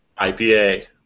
IPA